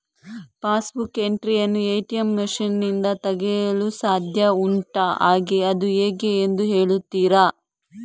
Pass book entry ಯನ್ನು ATM machine ನಿಂದ ತೆಗೆಯಲು ಸಾಧ್ಯ ಉಂಟಾ ಹಾಗೆ ಅದು ಹೇಗೆ ಎಂದು ಹೇಳುತ್ತೀರಾ?